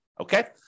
okay